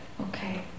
Okay